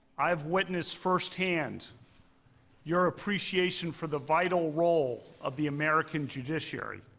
i've witnessed firsthand your appreciation for the vital role of the american judiciary.